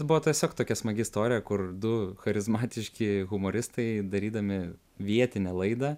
buvo tiesiog tokia smagi istorija kur du charizmatiški humoristai darydami vietinę laidą